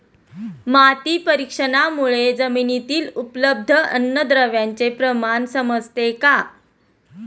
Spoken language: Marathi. माती परीक्षणामुळे जमिनीतील उपलब्ध अन्नद्रव्यांचे प्रमाण समजते का?